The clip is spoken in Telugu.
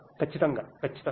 ఖచ్చితంగా ఖచ్చితంగా